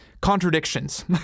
contradictions